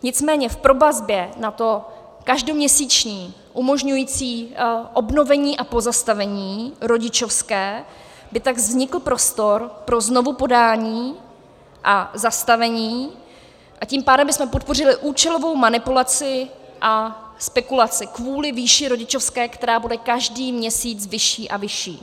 Nicméně v provazbě na to každoměsíční umožňující obnovení a pozastavení rodičovské by tak vznikl prostor pro znovupodání a zastavení, a tím pádem bychom podpořili účelovou manipulaci a spekulaci kvůli výši rodičovské, která bude každý měsíc vyšší a vyšší.